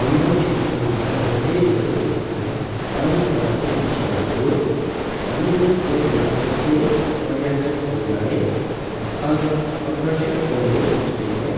हाम्रो क्षेत्रमा दसैँ र तिहार परम्परागत चाँड् हो हामीले त्यसमा कसै पर्याटकहरूलाई अ अकर्षित गर्ने छैन